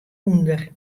ûnder